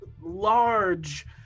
large